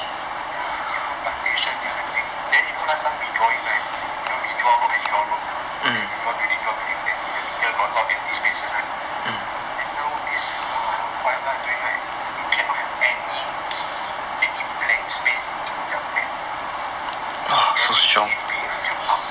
ya different plantation different thing then you know last time we drawing night you know we draw road then we draw building we draw building then in the middle got a lot of empty spaces right then now nowadays whatever I'm doing right you cannot have any any blank space in the map everything is being filled up